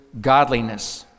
godliness